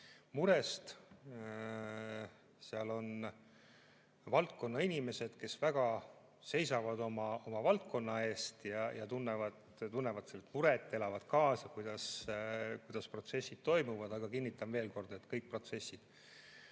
murest. Seal on valdkonna inimesed, kes väga seisavad oma valdkonna eest ja tunnevad muret, elavad kaasa, kuidas protsessid toimuvad. Aga kinnitan veel kord, et kõik protsessid